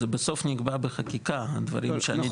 בסוף נקבע בחקיקה הדברים שאני דיברתי עליהם.